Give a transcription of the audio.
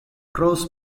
cross